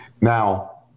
Now